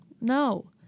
No